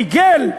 ריגל,